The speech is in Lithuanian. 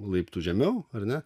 laiptu žemiau ar ne